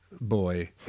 boy